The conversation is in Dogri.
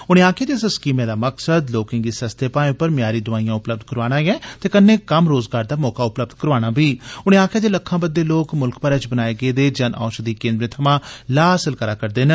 उनें आक्खेआ इस स्कीमें दा मकसद लोकें गी सस्ते भाए पर म्यारी दोआईयां उपलब्ध करोआना ते कन्नै कम्म रोज़गार दा मौका उपलब्य करोआना बी उनें आक्खेआ लक्खां बद्दे लोक मुल्ख भरै च बनाए गेदे जन औषधि केन्द्रे थमां लाह् हासल करै करदे न